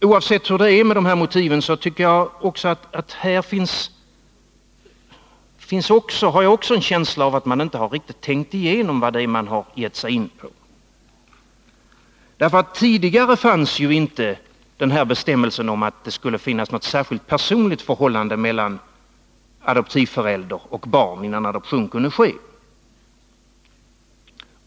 Oavsett hur det är med motiven har jag också här en känsla av att man inte riktigt tänkt igenom vad det är man gett sig in på. Tidigare fanns ju inte den här bestämmelsen om att det skulle finnas något särskilt personligt förhållande mellan adoptivförälder och barn, innan adoption kunde ske.